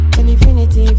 infinity